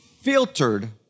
filtered